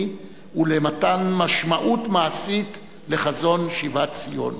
ולמתן משמעות מעשית לחזון שיבת ציון.